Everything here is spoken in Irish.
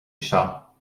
seo